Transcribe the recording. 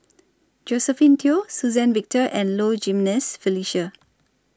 Josephine Teo Suzann Victor and Low Jimenez Felicia